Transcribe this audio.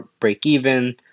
break-even